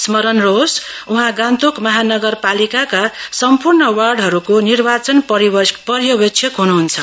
स्मरण रहोस् उहाँ गान्तोक महानगरपालिकाका सम्पूर्ण वार्डहरूको निर्वाचिन पर्यवेक्षक हुनुहुन्छ